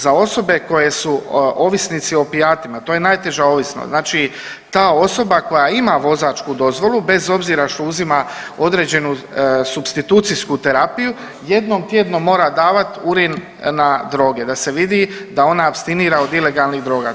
Za osobe koje su ovisnici o opijatima, to je najteža ovisnost, znači ta osoba koja ima vozačku dozvolu bez obzira što uzima određenu supstitucijsku terapiju jednom tjedno mora davati urin na droge, da se vidi da ona apstinira od ilegalnih droga.